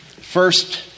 first